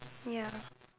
ya